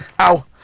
Ow